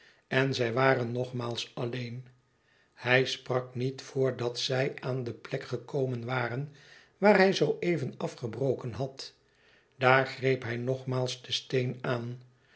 en zij waren nogmaals alleen hij sprak niet voordat zij aan de plek gekomen waren waar hij zoo even afgebroken had daar greep hij nogmaals den steen aan